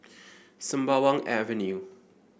Sembawang Avenue